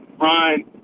Ryan